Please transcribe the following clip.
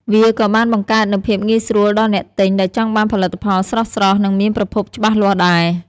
វាក៏បានបង្កើតនូវភាពងាយស្រួលដល់អ្នកទិញដែលចង់បានផលិតផលស្រស់ៗ និងមានប្រភពច្បាស់លាស់ដែរ។